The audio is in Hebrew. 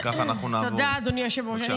וכך אנחנו נעבור --- תודה, אדוני היושב-ראש.